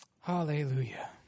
Hallelujah